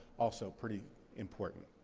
also pretty important.